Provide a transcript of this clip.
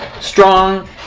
strong